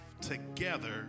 together